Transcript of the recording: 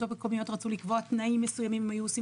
המקומיות רצו לקבוע תנאים מסויימים הן היו עושות